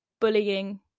bullying